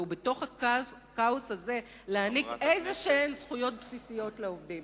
ובתוך הכאוס הזה להעניק זכויות בסיסיות כלשהן לעובדים.